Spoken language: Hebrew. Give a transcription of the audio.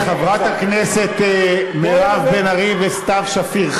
חברות הכנסת מירב בן ארי וסתיו שפיר.